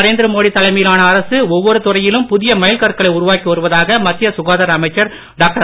நரேந்திர மோடி தலைமையிலான அரசு ஒவ்வொரு துறையிலும் புதிய மைல் கற்களை உருவாக்கி வருவதாக மத்திய சுகாதார அமைச்சர் டாக்டர்